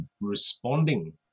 responding